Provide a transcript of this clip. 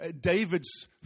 David's